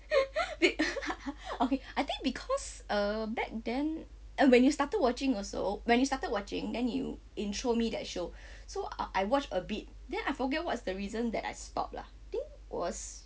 okay I think because err back then uh when you started watching also when you started watching then you intro~ me that show so I watched a bit then I forget what is the reason that I stopped lah I think it was